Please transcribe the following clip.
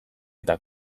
eta